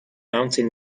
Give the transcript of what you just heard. mountain